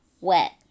wet